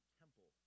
temple